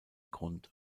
grund